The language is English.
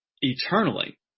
eternally